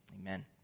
amen